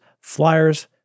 flyers